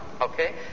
Okay